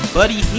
Buddy